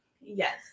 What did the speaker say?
yes